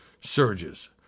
surges